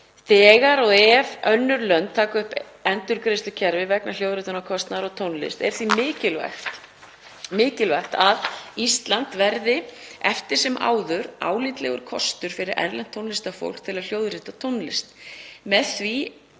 þegar og ef önnur lönd taka upp endurgreiðslukerfi vegna hljóðritunarkostnaðar á tónlist. Því er mikilvægt að Ísland verði eftir sem áður álitlegur kostur fyrir erlent tónlistarfólk til að hljóðrita tónlist. Með því